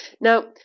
Now